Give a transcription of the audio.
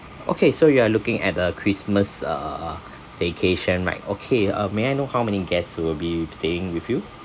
okay so you are looking at a christmas err vacation right okay uh may I know how many guests will be staying with you